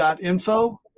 Info